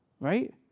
Right